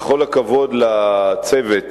בכל הכבוד לצוות